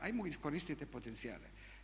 Ajmo iskoristiti te potencijale.